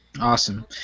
Awesome